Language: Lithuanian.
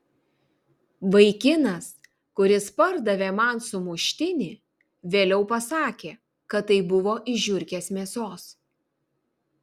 vaikinas kuris pardavė man sumuštinį vėliau pasakė kad tai buvo iš žiurkės mėsos